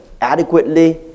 adequately